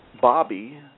Bobby